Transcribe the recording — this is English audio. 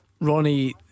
Ronnie